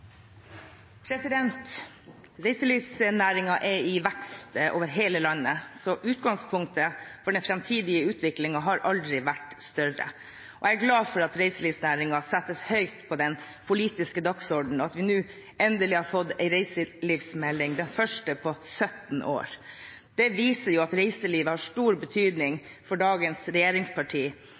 i vekst over hele landet, så utgangspunktet for den framtidige utviklingen har aldri vært større. Jeg er glad for at reiselivsnæringen settes høyt på den politiske dagsordenen, og at vi nå endelig har fått en reiselivsmelding – den første på 17 år. Det viser at reiselivet har stor betydning for dagens